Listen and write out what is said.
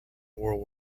world